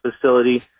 facility